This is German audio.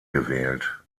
gewählt